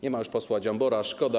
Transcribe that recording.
Nie ma już posła Dziambora, szkoda.